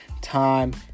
time